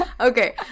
Okay